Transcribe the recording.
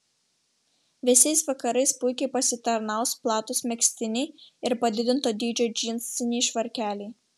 vėsiais vakarais puikiai pasitarnaus platūs megztiniai ir padidinto dydžio džinsiniai švarkeliai